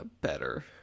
better